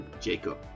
Jacob